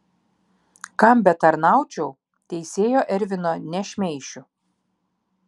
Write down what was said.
kam betarnaučiau teisėjo ervino nešmeišiu